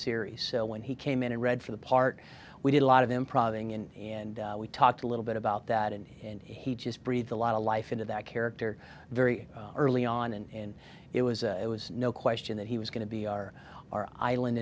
series so when he came in and read for the part we did a lot of improv and we talked a little bit about that and and he just breathed a lot of life into that character very early on and it was it was no question that he was going to be our island